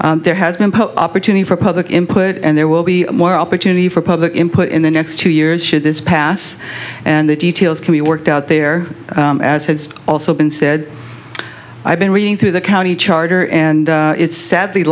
there has been opportunity for public input and there will be more opportunity for public input in the next two years should this pass and the details can be worked out there as has also been said i've been reading through the county charter and it's sadly